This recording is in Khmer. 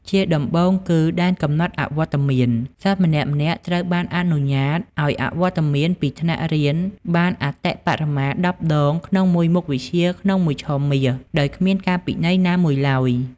ជាដំបូងគឺ ដែនកំណត់អវត្តមាន សិស្សម្នាក់ៗត្រូវបានអនុញ្ញាតឱ្យអវត្តមានពីថ្នាក់រៀនបាន អតិបរមា ១០ ដង ក្នុងមួយមុខវិជ្ជាក្នុងមួយឆមាស ដោយគ្មានការពិន័យណាមួយឡើយ។